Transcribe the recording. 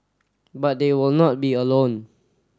but they will not be alone